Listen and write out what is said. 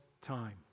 time